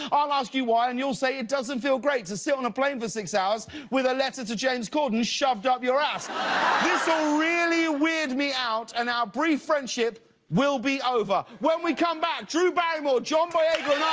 i'll ask you, why, and you'll say it doesn't feel great to sit on a plane for six hours with a letter to james corden shoved up your ass. this will ah really weird me out and our brief friendship will be over. when we come back, drew barrymore, john boyega,